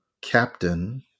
Captain